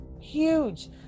Huge